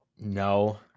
No